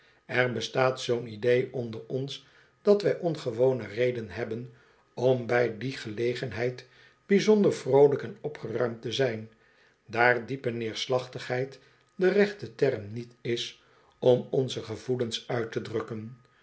er bestaat zoo'n idee onder ons dat wij ongewone reden hebben om bij die gelegenheid bijzonder vroolijk en opgeruimdte zijn daar diepe neerslachtigheid de rechte term niet is om onze gevoelens uït te drukken